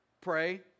pray